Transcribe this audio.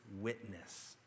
witness